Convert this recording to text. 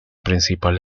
principal